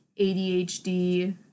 ADHD